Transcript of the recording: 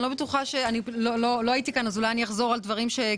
לא הייתי כאן אז אולי אחזור על דברים שנאמרו.